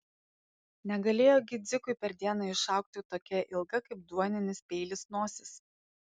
negalėjo gi dzikui per dieną išaugti tokia ilga kaip duoninis peilis nosis